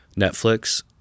Netflix